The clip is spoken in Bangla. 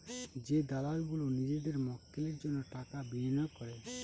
যে দালাল গুলো নিজেদের মক্কেলের জন্য টাকা বিনিয়োগ করে